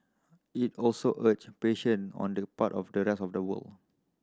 it also urged patient on the part of the rest of the world